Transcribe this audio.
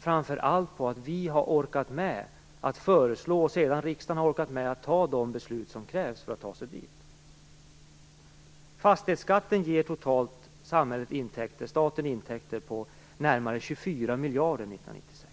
framför allt beror på att vi har orkat med att lägga fram förslag och att riksdagen sedan har orkat fatta de beslut som krävs för att ta sig dit. Fastighetsskatten ger staten intäkter på sammanlagt närmare 24 miljarder 1996.